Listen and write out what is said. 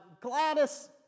Gladys